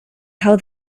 how